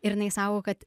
ir jinai sako kad